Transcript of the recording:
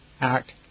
act